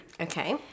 Okay